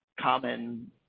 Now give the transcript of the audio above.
common